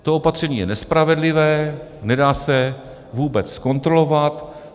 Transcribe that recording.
To opatření je nespravedlivé, nedá se vůbec zkontrolovat.